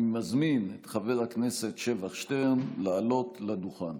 אני מזמין את חבר הכנסת שבח שטרן לעלות לדוכן,